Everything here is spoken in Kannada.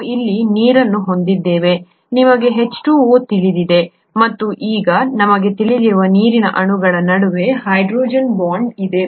ನಾವು ಇಲ್ಲಿ ನೀರನ್ನು ಹೊಂದಿದ್ದೇವೆ ನಿಮಗೆ H2O ತಿಳಿದಿದೆ ಮತ್ತು ಈಗ ನಮಗೆ ತಿಳಿದಿರುವ ನೀರಿನ ಅಣುಗಳ ನಡುವೆ ಹೈಡ್ರೋಜನ್ ಬಾಂಡ್ ಇದೆ